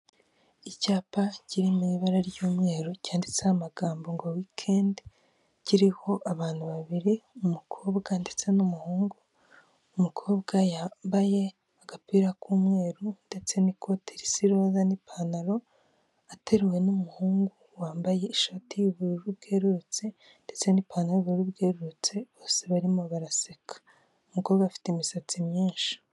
Icyapa kiri mu ibara ry'umweru cyanditseho amagambo ngo weekend kiriho abantu babiri umukobwa ndetse n'umuhungu, umukobwa yambaye agapira k'umweru ndetse n'ikote risa iroza n'ipantaro ateruwe n'umuhungu wambaye ishati y'ubururu bwerurutse ndetse n'ipantaro y'ubururu bwerurutse bose barimo baraseka, umukobwa afite imisatsi myinshi.